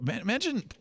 Imagine